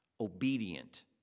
obedient